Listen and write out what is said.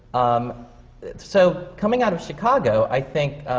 um so coming out of chicago, i think,